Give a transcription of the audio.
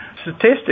Statistics